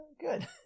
Good